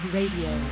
Radio